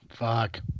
Fuck